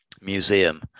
museum